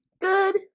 Good